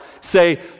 say